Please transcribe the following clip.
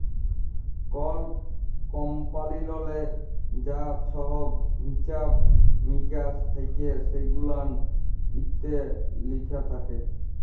call কমপালিললে যা ছহব হিছাব মিকাস থ্যাকে সেগুলান ইত্যে লিখা থ্যাকে